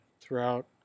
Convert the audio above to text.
throughout